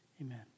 Amen